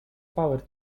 powers